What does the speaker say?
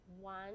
one